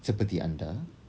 seperti anda